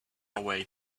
away